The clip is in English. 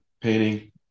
painting